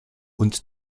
und